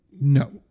no